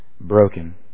broken